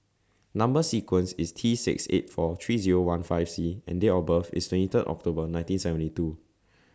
Number sequence IS T six eight four three Zero one five C and Date of birth IS twenty Third October nineteen seventy two